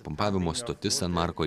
pumpavimo stotis ant marko